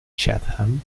chatham